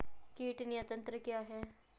कीट नियंत्रण क्या है?